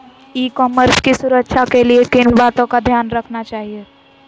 ई commerce की सुरक्षा के लिए किन बातों का ध्यान रखना चाहिए?